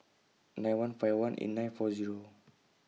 nine one five one eight nine four Zero